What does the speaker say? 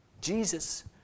Jesus